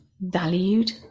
valued